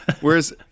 whereas